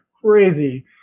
crazy